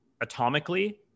atomically